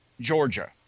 Georgia